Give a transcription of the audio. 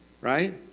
right